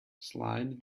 slide